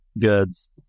goods